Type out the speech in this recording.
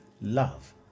love